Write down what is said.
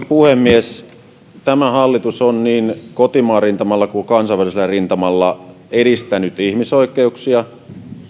puhemies tämä hallitus on niin kotimaan rintamalla kuin kansainvälisellä rintamalla edistänyt ihmisoikeuksia